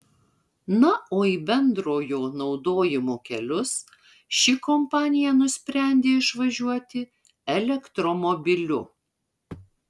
na o į bendrojo naudojimo kelius ši kompanija nusprendė išvažiuoti elektromobiliu